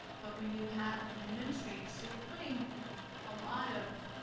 but when you have an administrator, so you're putting a lot of